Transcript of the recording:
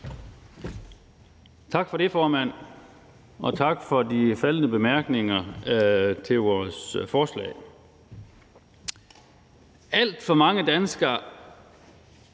Tak for det, formand, og tak for de faldne bemærkninger til vores forslag. Alt for mange danskere